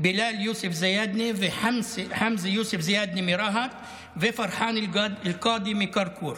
בילאל יוסף זיאדנה וחמזה יוסף זיאדנה מרהט ופרחאן אלקאדי מכרכור.